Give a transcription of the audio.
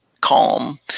calm